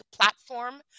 platform